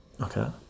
Okay